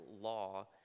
law